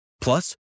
Plus